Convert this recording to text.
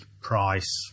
price